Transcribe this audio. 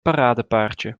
paradepaardje